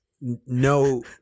no